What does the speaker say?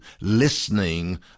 listening